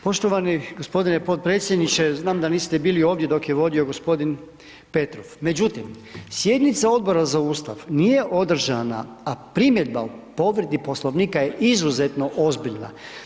Poštovani g. potpredsjedniče, znam da niste bili ovdje dok je vodio g. Petrov, međutim, sjednica Odbora za Ustav nije održana, a primjedba u povredi Poslovnika je izuzetno ozbiljna.